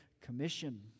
Commission